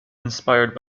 inspired